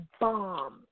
bomb